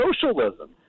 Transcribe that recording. socialism